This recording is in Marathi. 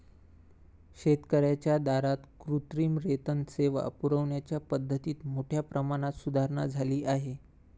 शेतकर्यांच्या दारात कृत्रिम रेतन सेवा पुरविण्याच्या पद्धतीत मोठ्या प्रमाणात सुधारणा झाली आहे